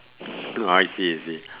I see I see